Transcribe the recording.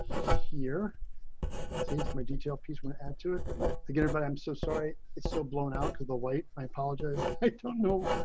here since my detail piece to add to it to get her, but i'm so sorry. it's so blown out to the weight. i apologize. i don't know.